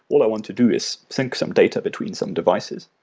all i want to do is sync some data between some devices.